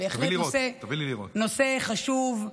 בהחלט נושא חשוב,